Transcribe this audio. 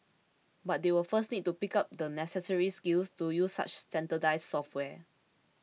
but they will first need to pick up the necessary skills to use such standardised software